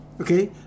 Okay